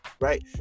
right